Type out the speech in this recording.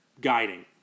guiding